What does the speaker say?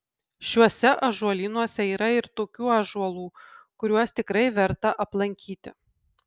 šiuose ąžuolynuose yra ir tokių ąžuolų kuriuos tikrai verta aplankyti